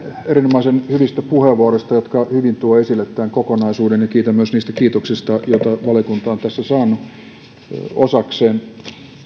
erinomaisen hyvistä puheenvuoroista jotka hyvin tuovat esille tämän kokonaisuuden ja kiitän myös niistä kiitoksista joita valiokunta on tässä saanut osakseen